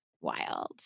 Wild